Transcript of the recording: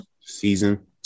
season